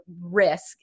risk